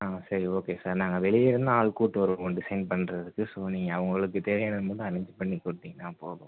ஆ சரி okay sir நாங்கள் வெளியே இருந்து ஆள் கூட்டு வருவோம் டிசைன் பண்ணுறதுக்கு ஸோ நீங்கள் அவங்களுக்கு தேவையானது மட்டும் அரேஞ்சு பண்ணி கொடுத்திங்கனா போதும்